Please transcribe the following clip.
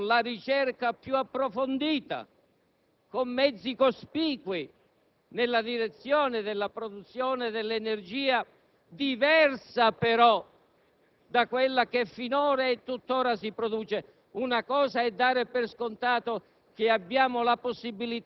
Credo che fare riferimento alle situazioni di produzione di energia attraverso l'atomo attualmente (è il caso della Francia, come diceva il collega Stefani) significa non tener conto